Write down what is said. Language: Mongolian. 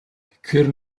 тэгэхээр